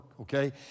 okay